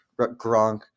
Gronk